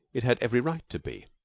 it had every right to be.